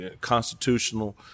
constitutional